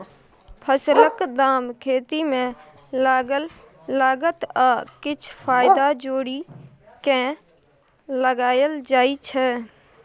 फसलक दाम खेती मे लागल लागत आ किछ फाएदा जोरि केँ लगाएल जाइ छै